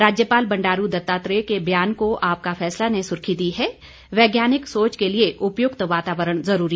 राज्यपाल बंडारू दत्तात्रेय के बयान को आपका फैसला ने सुर्खी दी है वैज्ञानिक सोच के लिये उपयुक्त वातावरण जरूरी